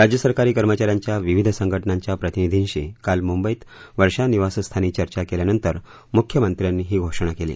राज्य सरकारी कर्मचा यांच्या विविध संघटनांच्या प्रतिनिधींशी काल मुंबईत वर्षा निवासस्थानी चर्चा केल्यानंतर मुख्यमंत्र्यांनी ही घोषणा केली